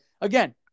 again